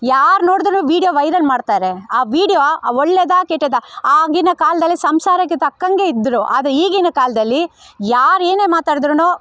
ಯಾರು ನೋಡಿದ್ರೂ video viral ಮಾಡ್ತಾರೆ ಆ ವೀಡಿಯೋ ಒಳ್ಳೆದಾ ಕೆಟ್ಟದ್ದಾ ಆಗಿನ ಕಾಲದಲ್ಲಿ ಸಂಸಾರಕ್ಕೆ ತಕ್ಕಂತೆ ಇದ್ದರೂ ಆದರೆ ಈಗಿನ ಕಾಲದಲ್ಲಿ ಯಾರು ಏನೇ ಮಾತಾಡಿದ್ರೂ